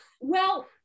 Well-